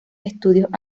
estudios